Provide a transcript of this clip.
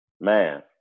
Man